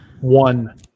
One